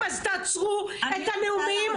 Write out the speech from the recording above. אז תעצרו את הנאומים.